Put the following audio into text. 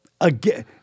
again